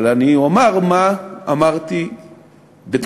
אבל אני אומר מה אמרתי בתגובה,